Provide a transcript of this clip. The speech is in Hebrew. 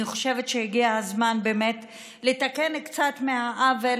אני חושבת שהגיע הזמן באמת לתקן קצת מהעוול